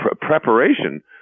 preparation